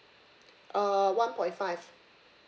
uh one point five